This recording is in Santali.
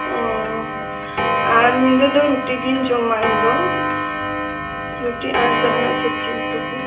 ᱚᱻ ᱟᱨ ᱧᱤᱫᱟᱹ ᱫᱚ ᱨᱩᱴᱤ ᱜᱮᱧ ᱡᱚᱢᱟ ᱤᱧ ᱫᱚ ᱨᱩᱴᱤ ᱟᱨ ᱡᱟᱦᱟᱸᱱᱟᱜ ᱥᱚᱵᱽᱡᱤ ᱩᱛᱩ ᱠᱚ